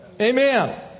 Amen